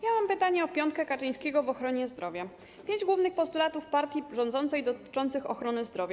Ja mam pytanie o piątkę Kaczyńskiego w ochronie zdrowia, pięć głównych postulatów partii rządzącej dotyczących ochrony zdrowia.